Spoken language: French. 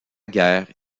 guerre